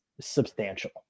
substantial